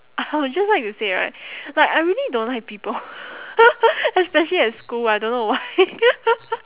I would just like to say right like I really don't like people especially at school I don't know why